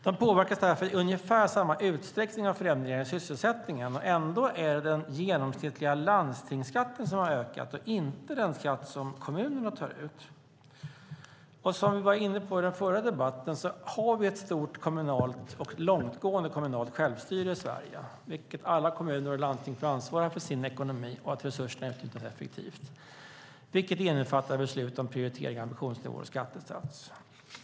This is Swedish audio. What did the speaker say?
De påverkas därför i ungefär samma utsträckning av förändringar i sysselsättningen, och ändå är det den genomsnittliga landstingsskatten som har ökat och inte den skatt som kommunerna tar ut. Som vi var inne på i den förra debatten har vi ett stort och långtgående kommunalt självstyre i Sverige. Alla kommuner och landsting ska ansvara för sin ekonomi och för att resurserna används effektivt, vilket innefattar beslut om prioriteringar, ambitionsnivåer och skattesats.